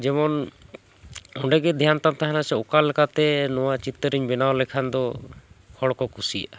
ᱡᱮᱢᱚᱱ ᱚᱸᱰᱮ ᱜᱮ ᱫᱷᱮᱭᱟᱱ ᱛᱟᱢ ᱛᱟᱦᱮᱱᱟ ᱥᱮ ᱚᱠᱟ ᱞᱮᱠᱟᱛᱮ ᱱᱚᱣᱟ ᱪᱤᱛᱟᱹᱨᱤᱧ ᱵᱮᱱᱟᱣ ᱞᱮᱠᱷᱟᱱ ᱫᱚ ᱦᱚᱲ ᱠᱚ ᱠᱩᱥᱤᱭᱟᱜᱼᱟ